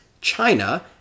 China